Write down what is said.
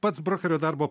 pats brokerio darbo